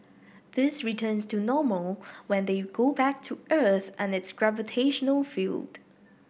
this returns to normal when they go back to Earth and its gravitational field